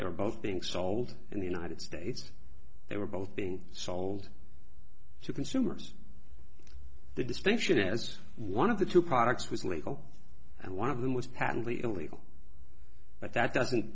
they were both being sold in the united states they were both being sold to consumers the distinction as one of the two products was legal and one of them was patently illegal but that doesn't